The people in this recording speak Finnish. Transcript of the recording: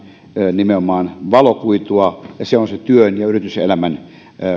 nimenomaan valokuitua ja se on sen työn ja yrityselämän